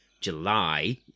July